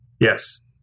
Yes